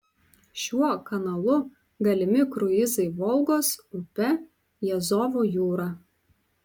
šiuo kanalu galimi kruizai volgos upe į azovo jūrą